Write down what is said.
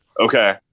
Okay